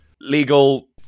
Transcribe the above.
legal